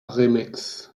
remix